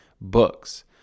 books